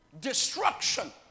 Destruction